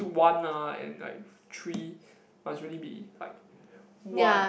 one ah and like three must really be like one